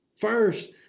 First